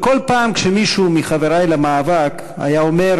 אך כל פעם כשמישהו מחברי למאבק היה אומר: